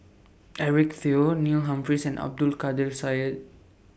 Eric Teo Neil Humphreys and Abdul Kadir Syed